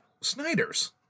Snyder's